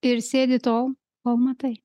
ir sėdi to pamatai